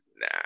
Nah